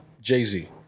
Jay-Z